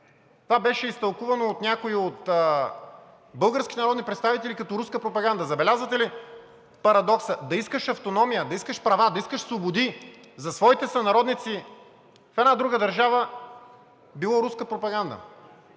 Това беше изтълкувано от някои от българските народни представители като руска пропаганда – забелязвате ли парадокса? Да искаш автономия, да искаш права, да искаш свободи за своите сънародници в една друга държава било руска пропаганда?!